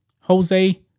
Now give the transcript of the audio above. Jose